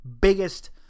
biggest